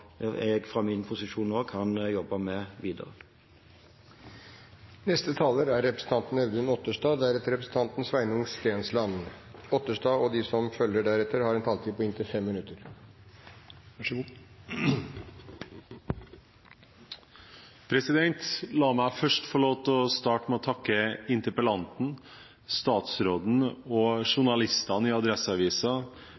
jeg fra min posisjon kan jobbe med videre. La meg først få lov til å starte med å takke interpellanten, statsråden og